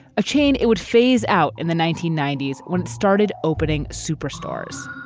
a chain it would phase out in the nineteen ninety s when it started opening superstars